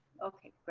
okay, but